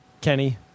Kenny